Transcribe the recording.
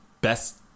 best